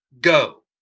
Go